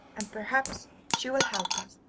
and perhaps she will help us